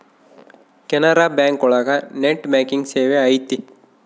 Canara bank ಒಳಗ net banking ಸೇವೆ ಐತಿ